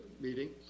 meeting